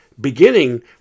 beginning